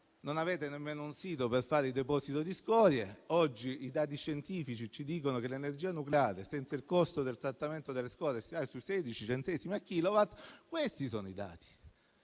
non avete nemmeno un sito per fare i depositi di scorie. Oggi i dati scientifici ci dicono che l'energia nucleare, senza il costo del trattamento delle scorie, si attesta sui 16 centesimi a kilowatt. Questi sono i dati.